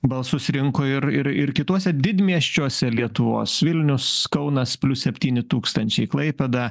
balsus rinko ir ir ir kituose didmiesčiuose lietuvos vilnius kaunas plius septyni tūkstančiai klaipėda